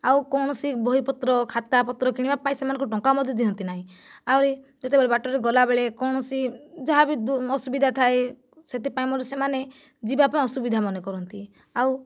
ଆଉ କୌଣସି ବହି ପତ୍ର ଖାତା ପତ୍ର କିଣିବା ପାଇଁ ସେମାନଙ୍କୁ ଟଙ୍କା ମଧ୍ୟ ଦିଅନ୍ତି ନାହିଁ ଆହୁରି ଯେତେବେଳେ ବାଟରେ ଗଲାବେଳେ କୌଣସି ଯାହାବି ଅସୁବିଧା ଥାଏ ସେଥିପାଇଁ ମୋର ସେମାନେ ଯିବା ପାଇଁ ଅସୁବିଧା ମନେ କରନ୍ତି ଆଉ